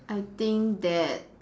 I think that